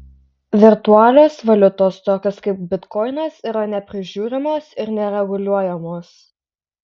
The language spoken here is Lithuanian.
virtualios valiutos tokios kaip bitkoinas yra neprižiūrimos ir nereguliuojamos